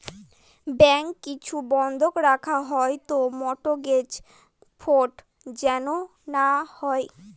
bank কিছু বন্ধক রাখা হয় তো মর্টগেজ ফ্রড যেন না হয়